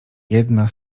jedna